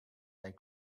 they